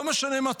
לא משנה מה תגידו,